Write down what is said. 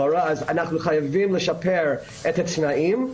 אז אנחנו חייבים לשפר את התנאים.